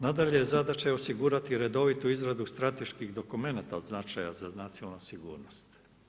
Nadalje, zadaća je osigurati redovitu izradu strateških dokumenata od značaj za nacionalnu sigurnost.